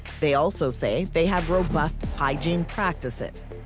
they also say they have robust hygiene practices.